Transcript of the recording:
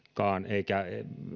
eikä